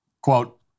Quote